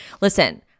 Listen